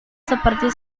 seperti